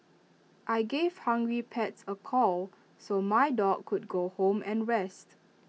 I gave hungry pets A call so my dog could go home and rest